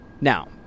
Now